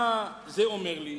מה זה אומר לי?